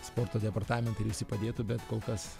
sporto departamentai ir visi padėtų bet kol kas